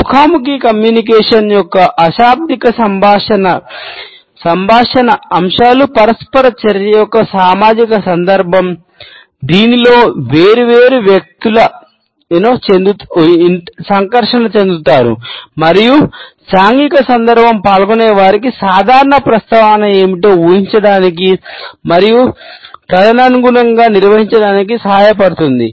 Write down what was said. ముఖాముఖి కమ్యూనికేషన్ చెందుతారు మరియు సాంఘిక సందర్భం పాల్గొనేవారికి సాధారణ ప్రవర్తన ఏమిటో ఊహించడానికి మరియు తదనుగుణంగా నిర్వహించడానికి సహాయపడుతుంది